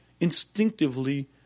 instinctively